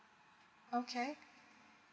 okay